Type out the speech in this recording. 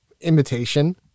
imitation